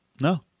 No